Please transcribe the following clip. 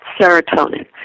serotonin